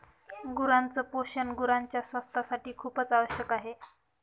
गुरांच पोषण गुरांच्या स्वास्थासाठी खूपच आवश्यक आहे